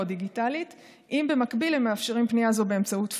דיגיטלית אם במקביל הם מאפשרים פנייה זו באמצעות פקס.